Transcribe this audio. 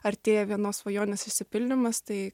artėja vienos svajonės išsipildymas tai